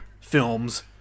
films